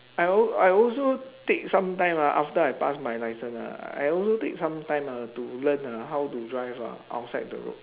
I al~ I also take some time ah after I pass my licence ah I also take some time ah to learn ah how to drive ah outside the road